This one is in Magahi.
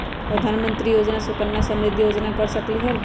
प्रधानमंत्री योजना सुकन्या समृद्धि योजना कर सकलीहल?